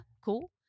cool